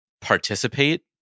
participate